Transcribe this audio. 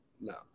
No